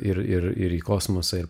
ir ir ir į kosmosą ir